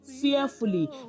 fearfully